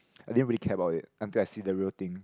I didn't really care about it until I see the real thing